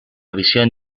vision